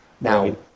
Now